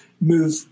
move